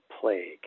Plague